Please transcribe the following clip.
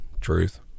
truth